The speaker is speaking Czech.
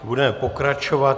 Budeme pokračovat.